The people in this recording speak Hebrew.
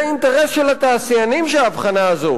זה אינטרס של התעשיינים שההבחנה הזו,